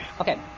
Okay